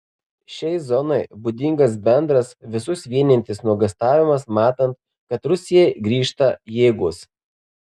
šiai zonai būdingas bendras visus vienijantis nuogąstavimas matant kad rusijai grįžta jėgos